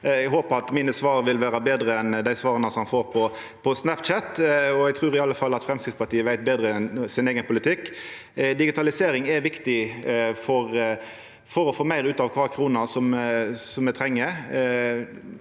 Eg håpar at mine svar vil vera betre enn dei svara han får på Snapchat. Eg trur i alle fall at Framstegspartiet veit betre om sin eigen politikk. Digitalisering er viktig for å få meir ut av kvar krone me treng.